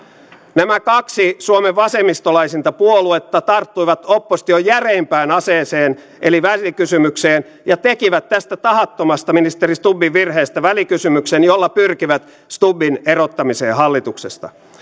nämä kaksi suomen vasemmistolaisinta puoluetta tarttuivat opposition järeimpään aseeseen eli välikysymykseen ja tekivät tästä tahattomasta ministeri stubbin virheestä välikysymyksen jolla pyrkivät stubbin erottamiseen hallituksesta